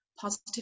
positive